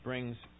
Brings